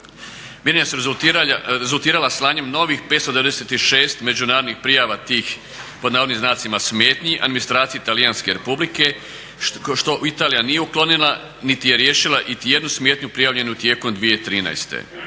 Mjerenja su rezultirala slanjem novih 596 međunarodnih prijava tih "smetnji administraciji Talijanske republike" što Italija nije uklonila niti je riješila iti jednu smetnju prijavljenu tijekom 2013.